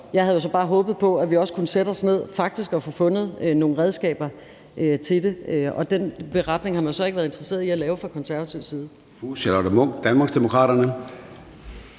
Jeg havde jo så bare håbet på, at vi også kunne sætte os ned og faktisk få fundet nogle redskaber til det, og den beretning har man så ikke været interesseret i at lave fra Konservatives side. Kl. 13:22 Formanden (Søren